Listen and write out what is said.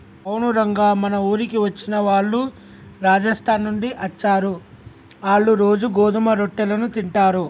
అవును రంగ మన ఊరికి వచ్చిన వాళ్ళు రాజస్థాన్ నుండి అచ్చారు, ఆళ్ళ్ళు రోజూ గోధుమ రొట్టెలను తింటారు